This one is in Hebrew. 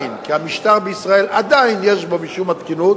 כי המשטר בישראל עדיין יש בו משום התקינות,